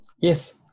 Yes